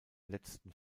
letzten